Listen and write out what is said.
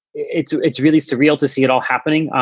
it's it's really surreal to see it all happening.